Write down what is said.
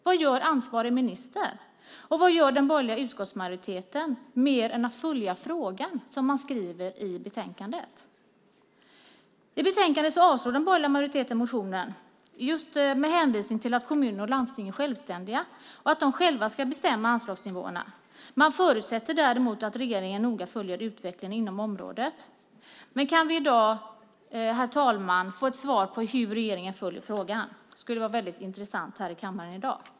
Vad gör ansvarig minister, och vad gör den borgerliga utskottsmajoriteten mer än följer frågan, som man skriver i betänkandet? I utskottet avstyrker den borgerliga majoriteten motionen, med hänvisning till att kommuner och landsting är självständiga och att de själva ska bestämma anslagsnivåerna. Man förutsätter däremot att regeringen noga följer utvecklingen inom området. Kan vi i dag få ett svar på hur regeringen följer frågan? Det skulle vara intressant att få höra det i kammaren i dag.